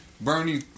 Bernie